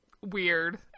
weird